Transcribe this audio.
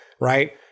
Right